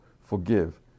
Forgive